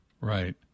Right